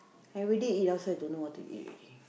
every day eat outside don't know what to eat already